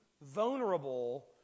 vulnerable